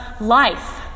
life